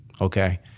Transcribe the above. Okay